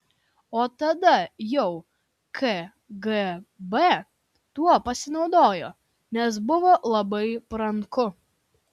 o tada jau kgb tuo pasinaudojo nes buvo labai paranku